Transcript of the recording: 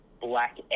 black